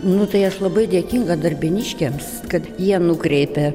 nu tai aš labai dėkinga darbėniškiams kad jie nukreipia